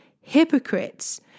hypocrites